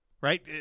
right